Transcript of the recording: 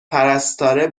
پرستاره